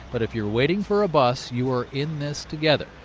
but if you're waiting for a bus, you are in this together.